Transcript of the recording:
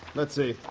let's see.